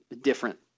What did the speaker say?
different